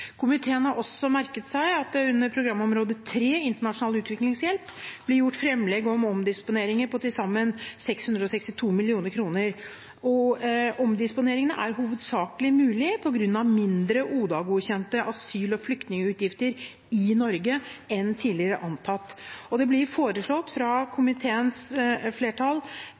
Komiteen har også merket seg at det under programområde 3, Internasjonal utviklingshjelp, blir gjort framlegg om omdisponeringer på til sammen 662 mill. kr. Omdisponeringene er i hovedsak mulig på grunn av mindre ODA-godkjente asyl- og flyktningutgifter i Norge enn tidligere antatt. Det blir foreslått fra komiteens flertall